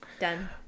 done